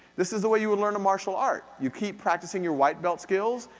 this is the way you would learn a martial art. you keep practicing your white belt skills,